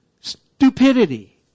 stupidity